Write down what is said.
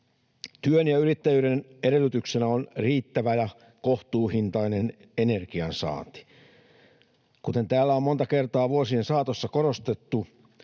Työn ja yrittäjyyden edellytyksenä on riittävä ja kohtuuhintainen energiansaanti. Kuten täällä on monta kertaa vuosien saatossa korostettu,